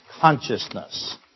consciousness